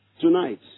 Tonight